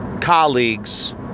colleagues